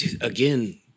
Again